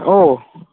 অঁ